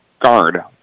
guard